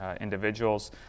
individuals